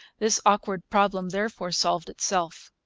this awkward problem therefore solved itself.